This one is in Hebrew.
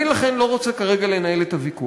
אני, לכן, לא רוצה לנהל כרגע את הוויכוח.